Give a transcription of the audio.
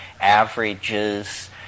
averages